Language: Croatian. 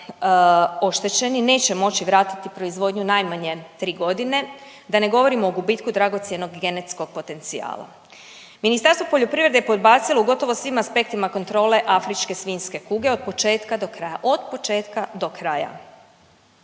oštećeni, neće moći vratiti proizvodnju najmanje tri godine, da ne govorim o gubitku dragocjenog genetskog potencijala. Ministarstvo poljoprivrede je podbacilo u gotovo svim aspektima kontrole afričke svinjske kuge od početka do kraja,